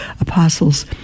apostles